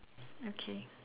okay